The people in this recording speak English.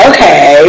Okay